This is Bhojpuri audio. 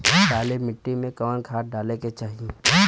काली मिट्टी में कवन खाद डाले के चाही?